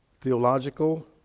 theological